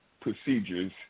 procedures